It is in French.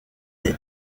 est